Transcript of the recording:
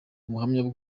ubuhamya